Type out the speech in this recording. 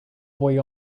boy